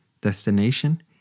Destination